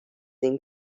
این